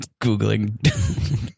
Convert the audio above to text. Googling